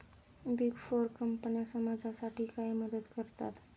Big four कंपन्या समाजासाठी काय मदत करतात?